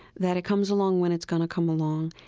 that it comes along when it's going to come along,